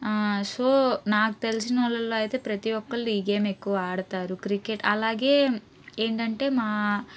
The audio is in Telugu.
సో నాకు తెలిసిన వాళ్ళల్లో అయితే ప్రతీ ఒక్కళ్ళు ఈ గేమ్ ఎక్కువ ఆడతారు క్రికెట్ అలాగే ఏంటంటే మా